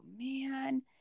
man